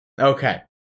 Okay